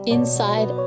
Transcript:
Inside